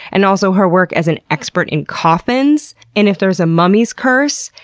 and also her work as an expert in coffins, and if there's a mummy's curse,